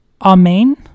amen